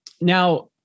Now